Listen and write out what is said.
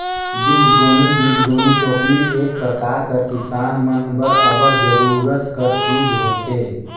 बीजगोनी बीजगोनी टोपली एक परकार कर किसान मन बर अब्बड़ जरूरत कर चीज होथे